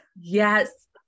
Yes